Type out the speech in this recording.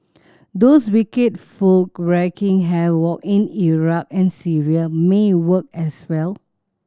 those wicked folk wreaking havoc in Iraq and Syria may work as well